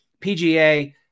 PGA